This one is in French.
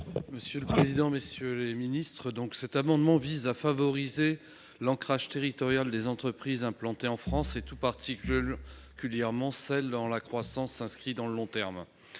: La parole est à M. Franck Menonville. Cet amendement vise à favoriser l'ancrage territorial des entreprises implantées en France et, tout particulièrement, celles dont la croissance s'inscrit dans le long terme.